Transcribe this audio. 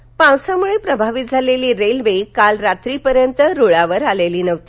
railway पावसामुळे प्रभावित झालेली रेल्वे काल रात्रीपर्यंत रुळावर आलेली नव्हती